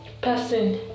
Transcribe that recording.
person